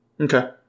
Okay